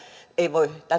ei voi